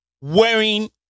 wearing